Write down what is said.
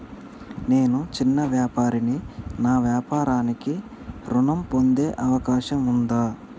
నేను చిన్న వ్యాపారిని నా వ్యాపారానికి ఋణం పొందే అవకాశం ఉందా?